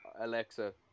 Alexa